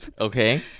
Okay